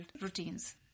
routines